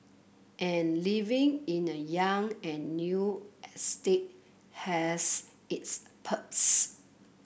and living in a young and new estate has its perks